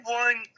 one